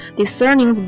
discerning